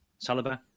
Saliba